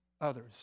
others